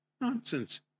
Nonsense